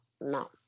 no